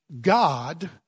God